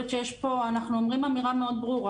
אנחנו אומרים אמירה ברורה מאוד.